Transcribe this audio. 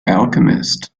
alchemist